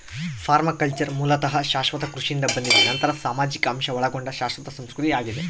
permaculture ಮೂಲತಃ ಶಾಶ್ವತ ಕೃಷಿಯಿಂದ ಬಂದಿದೆ ನಂತರ ಸಾಮಾಜಿಕ ಅಂಶ ಒಳಗೊಂಡ ಶಾಶ್ವತ ಸಂಸ್ಕೃತಿ ಆಗಿದೆ